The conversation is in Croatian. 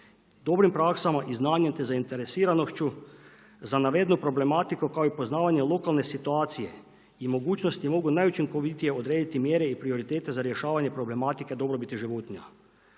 dobrim praksama i znanjem te zainteresiranošću za navedenu problematiku kao i poznavanje lokalne situacije i mogućnosti mogu najučinkovitije odrediti mjere i prioritete za rješavanje problematike dobrobiti životinja.